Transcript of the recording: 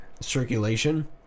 circulation